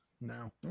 no